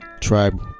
Tribe